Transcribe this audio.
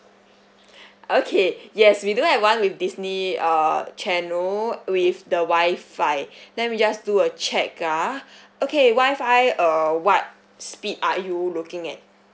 okay yes we do have one with disney uh channel with the wi fi then we just do a check ah okay wi fi err what speed are you looking at